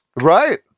right